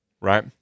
right